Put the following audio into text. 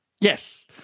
yes